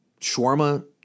shawarma